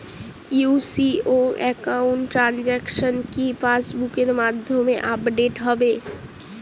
UCO account transaction কি পাস বুকের মধ্যে আপডেট হবে?